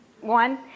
one